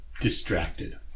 Distracted